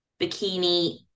bikini